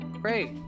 Great